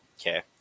okay